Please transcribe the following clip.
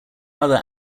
other